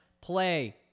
play